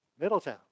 Middletown